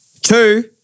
Two